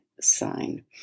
sign